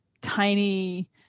tiny